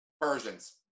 Persians